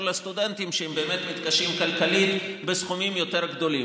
לסטודנטים שבאמת מתקשים כלכלית בסכומים יותר גדולים.